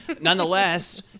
Nonetheless –